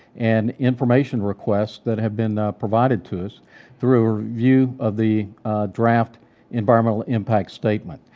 and information requests that have been provided to us through review of the draft environmental impact statement.